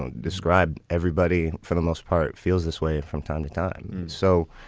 ah describe everybody for the most part feels this way from time to time. so,